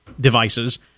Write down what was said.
devices